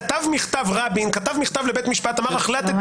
כתב רבין מכתב לבית המשפט ואמר שהחליט,